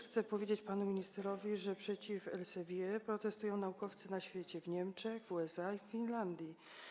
Chcę też powiedzieć panu ministrowi, że przeciw Elsevier protestują naukowcy na świecie, w Niemczech, w USA i w Finlandii.